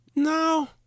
No